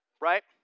right